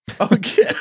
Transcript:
Okay